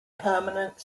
permanent